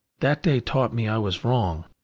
that day taught me i was wrong,